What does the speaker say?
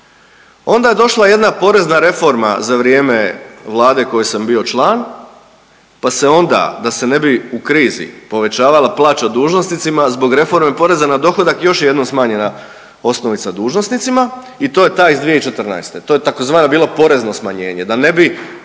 Onda je došla jedna porezna reforma za vrijeme vlade koje sam bio član, pa se onda da se ne bi u krizi povećavala plaća dužnosnicima zbog reforme poreza na dohodak još je jednom smanjena osnovica dužnosnicima i to je ta iz 2014. to je tzv. bilo porezno smanjenje da ne bi